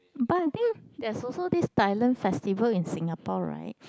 but I think there's also this Thailand festival in Singapore right